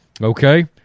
okay